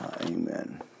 amen